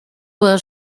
were